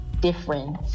different